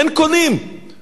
כמה זמן זה יחזיק מעמד?